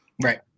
Right